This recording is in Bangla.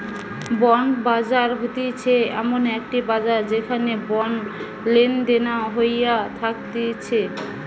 বন্ড বাজার হতিছে এমন একটি বাজার যেখানে বন্ড লেনাদেনা হইয়া থাকতিছে